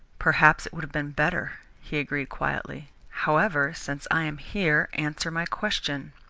perhaps it would have been better, he agreed quietly. however, since i am here, answer my question.